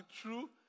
true